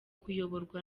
kuyoborwa